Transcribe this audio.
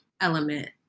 element